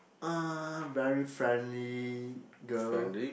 uh very friendly girl